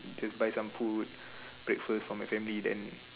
just buy some food breakfast for my family then